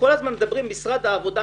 כל הזמן מדברים על משרד העבודה.